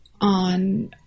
on